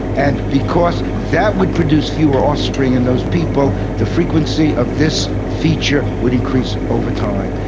and because that would produce fewer offspring in those people, the frequency of this feature would increase over time.